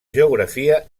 geografia